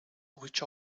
which